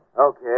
Okay